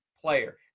player